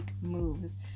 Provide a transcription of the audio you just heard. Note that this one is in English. moves